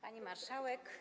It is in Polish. Pani Marszałek!